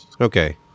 Okay